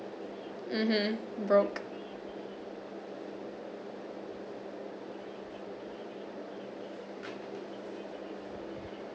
mmhmm broke